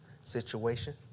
situation